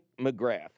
McGrath